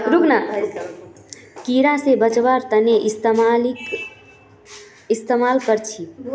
कीड़ा से बचावार तने इंसेक्टिसाइड इस्तेमाल कर छी